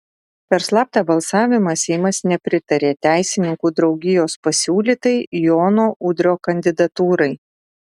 per slaptą balsavimą seimas nepritarė teisininkų draugijos pasiūlytai jono udrio kandidatūrai